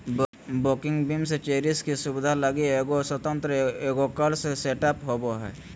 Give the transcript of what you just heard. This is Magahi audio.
वोकिंग बीम चेसिस की सुबिधा लगी एगो स्वतन्त्र एगोक्स्ल सेटअप होबो हइ